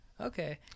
Okay